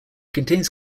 contains